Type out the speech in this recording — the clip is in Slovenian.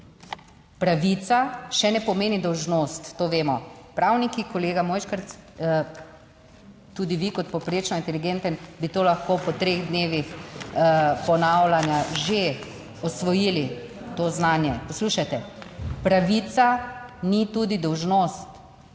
Pravica še ne pomeni dolžnost, to vemo. Pravniki, kolega Mojškerc, tudi vi kot povprečno inteligenten, bi to lahko po treh dnevih ponavljanja že osvojili to znanje, poslušajte. Pravica ni tudi dolžnost